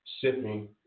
sipping